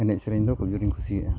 ᱮᱱᱮᱡ ᱥᱮᱨᱮᱧ ᱫᱚ ᱠᱷᱩᱵᱽ ᱡᱳᱨᱤᱧ ᱠᱩᱥᱤᱭᱟᱜᱼᱟ